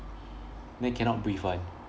then cannot breathe [one]